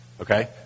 okay